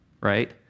right